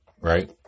right